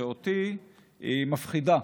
שאותי היא מפחידה,